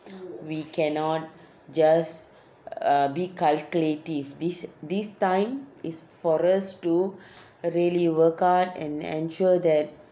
we cannot just a bit calculative this this time is for us to really work hard and ensure that